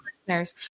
listeners